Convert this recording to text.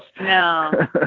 No